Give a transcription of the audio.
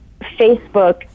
Facebook